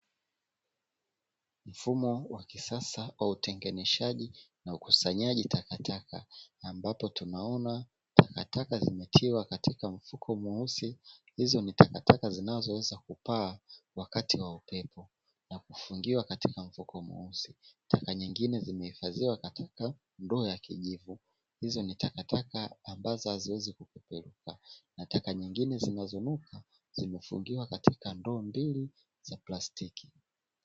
Mfumo wa kisasa wa utenganishaji na ukusanyaji takataka, ambapo tunaona takataka zimetiwa katika mfuko mweusi. Hizo ni takataka zinazoweza kupaa wakati wa upepo na kufungiwa katika mfuko mweusi, taka nyingine zimehifadhiwa katika ndoo ya kijivu, hizo ni takataka ambazo haziwezi kupeperuka na taka nyingine zinazonuka zimefungiwa katika ndoo mbili za plastiki.